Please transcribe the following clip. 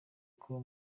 kuba